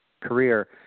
career